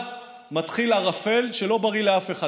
אז מתחיל ערפל שלא בריא לאף אחד.